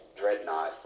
Dreadnought